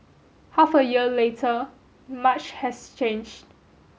half a year later much has change